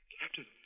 Captain